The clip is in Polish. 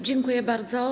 Dziękuję bardzo.